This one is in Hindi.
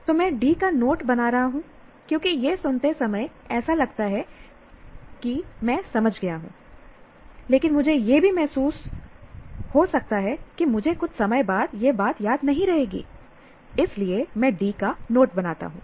तो मैं D का नोट बना रहा हूं क्योंकि यह सुनते समय ऐसा लगता है कि मैं समझ गया हूं लेकिन मुझे यह भी महसूस हो सकता है कि मुझे कुछ समय बाद यह बात याद नहीं रहेगी इसलिए मैं D का नोट बनाता हूं